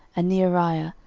and neariah,